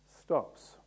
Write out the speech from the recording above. stops